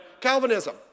Calvinism